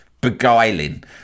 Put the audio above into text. beguiling